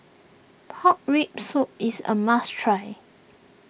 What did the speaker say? Pork Rib Soup is a must try